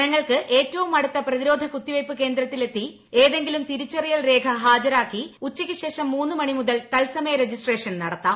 ജനങ്ങൾക്ക് ഏറ്റവും അടുത്ത പ്രതിരോധ കുത്തിവയ്പ് കേന്ദ്രത്തിലെത്തി ഏതെങ്കിലും തിരിച്ചറിയൽ രേഖ ഹാജരാക്കി ഉച്ചയ്ക്ക് ശേഷം മൂന്ന് മണിമുതൽ തത്സമയ രജിസ്ട്രേഷൻ നടത്താം